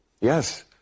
Yes